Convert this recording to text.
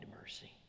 mercy